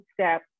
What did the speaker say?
step